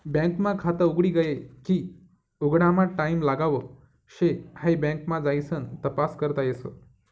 bank मा खात उघडी गये की उघडामा टाईम लागाव शे हाई बँक मा जाइसन तपास करता येस